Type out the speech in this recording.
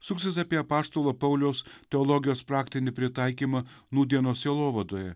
suksis apie apaštalo pauliaus teologijos praktinį pritaikymą nūdienos sielovadoje